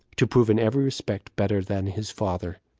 to prove in every respect better than his father.